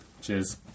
Cheers